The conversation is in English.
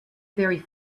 very